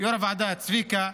יו"ר הוועדה, צביקה,